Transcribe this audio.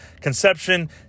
conception